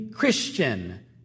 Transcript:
Christian